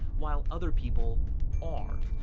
while other people are.